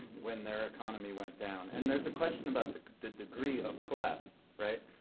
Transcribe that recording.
when their economy went down. and there's a question about the the degree of collapse, right?